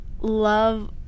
love